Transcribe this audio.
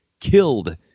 killed